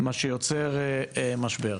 מה שיוצר משבר.